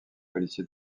policier